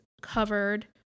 covered